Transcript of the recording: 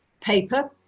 paper